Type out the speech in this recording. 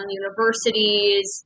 universities